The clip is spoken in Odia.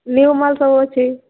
ନ୍ୟୁ ମାଲ୍ ସବୁ ଅଛି